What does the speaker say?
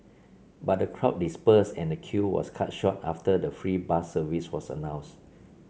but the crowd dispersed and the queue was cut short after the free bus service was announced